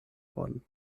worden